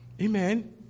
Amen